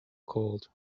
called